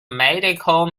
medical